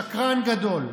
שקרן גדול,